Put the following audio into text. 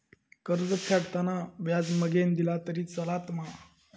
कर्ज फेडताना व्याज मगेन दिला तरी चलात मा?